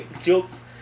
jokes